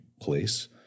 place